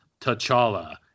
T'Challa